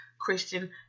Christian